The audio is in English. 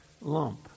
lump